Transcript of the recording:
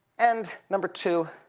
and number two,